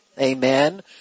Amen